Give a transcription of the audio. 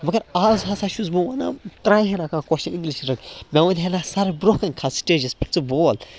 مگر آز ہسا چھُس بہٕ وَنان ترٛایہِ ہَنا کانٛہہ کۄسچن اِنٛگلِش مےٚ وَنہِ ہےنہ سر برٛونٛہہ کَنۍ کھژ سِٹیٚجس پٮ۪ٹھ ژٕ بول